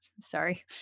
Sorry